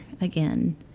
again